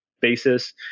basis